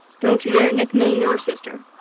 don't you dare nickname your sister,